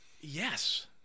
Yes